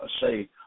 say